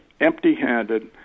empty-handed